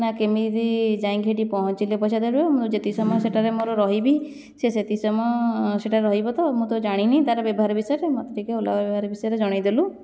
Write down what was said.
ନା କେମିତି ଯାଇକି ହେଟି ପହଞ୍ଚିଲେ ପଇସା ଦିଆଯିବ ମୁଁ ଯେତିକି ସମୟ ସେଠାରେ ମୋର ରହିବି ସିଏ ସେତିକି ସମୟ ସେଇଟା ରହିବତ ମୁଁ ତ ଜାଣିନି ତାର ବ୍ୟବହାର ବିଷୟରେ ମୋତେ ଟିକିଏ ଓଲା ବ୍ୟବହାର ବିଷୟରେ ଜଣାଇଦେଲୁ